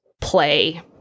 play